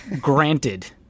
Granted